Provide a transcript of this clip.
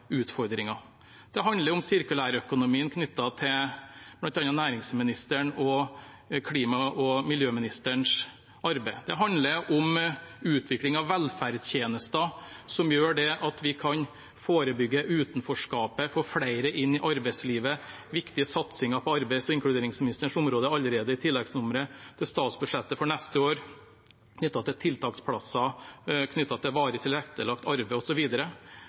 utfordringer. Det handler om sirkulærøkonomien knyttet til bl.a. næringsministerens og klima- og miljøministerens arbeid. Det handler om utvikling av velferdstjenester som gjør at vi kan forebygge utenforskap og få flere inn i arbeidslivet. Det er viktige satsinger på arbeids- og inkluderingsministerens område allerede i tilleggsnummeret til statsbudsjettet for neste år, knyttet til tiltaksplasser, varig tilrettelagt arbeid